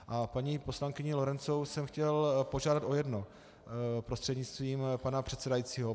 A paní poslankyni Lorencovou jsem chtěl požádat o jedno prostřednictvím pana předsedajícího.